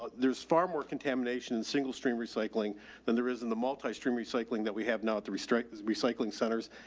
there's far more contamination in single stream recycling than there is in the multistream recycling that we have now at the restrict this recycling centers.